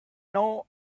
not